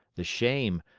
the shame,